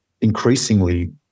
increasingly